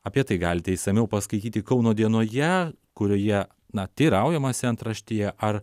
apie tai galite išsamiau paskaityti kauno dienoje kurioje na teiraujamasi antraštėje ar